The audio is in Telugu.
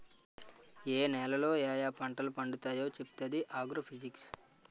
ఏ నేలలో యాయా పంటలు పండుతావో చెప్పుతాది ఆగ్రో ఫిజిక్స్